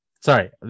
sorry